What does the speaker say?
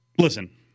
Listen